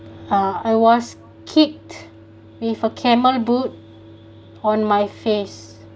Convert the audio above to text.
uh I was kicked with a camel boot on my face